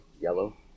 yellow